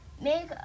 Make